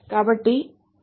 కాబట్టి ఇది